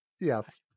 Yes